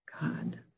God